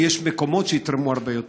ויש מקומות שיתרמו בהם הרבה יותר.